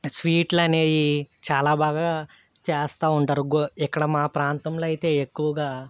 స్వీట్లు అనేవి చాలా బాగా చేస్తూ ఉంటారు గో ఇక్కడ మా ప్రాంతంలో అయితే ఎక్కువగా